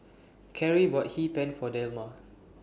Karie bought Hee Pan For Delma